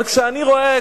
אבל כשאני רואה,